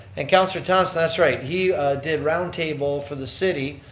and councillor thomson, that's right, he did round table for the city.